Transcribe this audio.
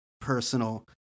personal